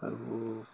আৰু